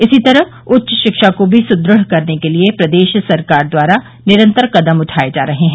इसी तरह उच्च शिक्षा को भी सुदृढ़ करने के लिये प्रदेश सरकार द्वारा निरन्तर कदम उठाये जा रहे हैं